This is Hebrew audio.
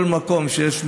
כל מקום שיש מפגעים,